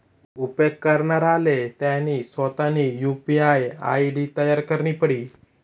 उपेग करणाराले त्यानी सोतानी यु.पी.आय आय.डी तयार करणी पडी